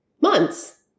months